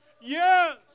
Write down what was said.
Yes